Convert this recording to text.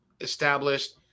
established